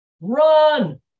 Run